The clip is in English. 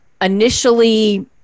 initially